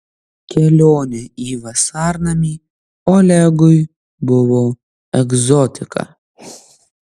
kelionė į vasarnamį olegui buvo egzotika